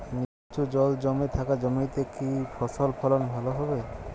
নিচু জল জমে থাকা জমিতে কি ফসল ফলন ভালো হবে?